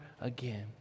again